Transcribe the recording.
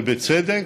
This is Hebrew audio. ובצדק,